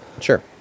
Sure